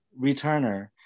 returner